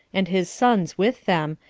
and his sons with them,